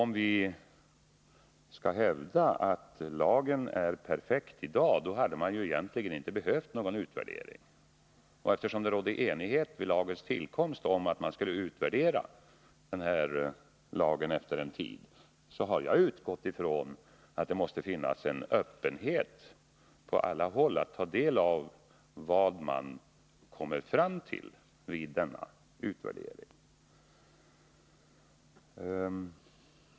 Men hävdar man att lagen är perfekt sådan den är i dag, hade man egentligen inte behövt göra någon utvärdering. Eftersom det vid lagens tillkomst rådde enighet om att lagen efter en tid skulle utvärderas, har jag utgått ifrån att det på alla håll måste finnas en öppenhet att ta del av vad man kommer fram till vid denna utvärdering.